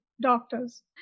doctors